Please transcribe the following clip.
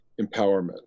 empowerment